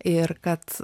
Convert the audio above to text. ir kad